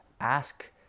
Ask